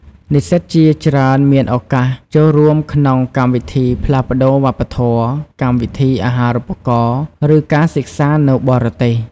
និស្សិតជាច្រើនមានឱកាសចូលរួមក្នុងកម្មវិធីផ្លាស់ប្ដូរវប្បធម៌ កម្មវិធីអាហារូបករណ៍ ឬការសិក្សានៅបរទេស។